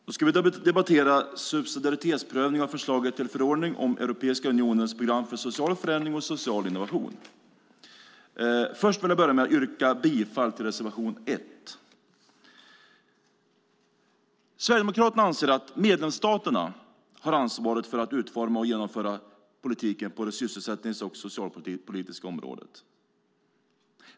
Herr talman! Vi ska debattera subsidiaritetsprövning av förslaget till förordning om Europeiska unionens program för social förändring och social innovation. Först vill jag yrka bifall till reservation 1. Sverigedemokraterna anser att medlemsstaterna har ansvaret för att utforma och genomföra politiken på det sysselsättnings och socialpolitiska området.